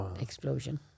explosion